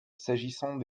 s’agissant